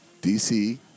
DC